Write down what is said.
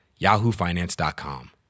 yahoofinance.com